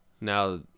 now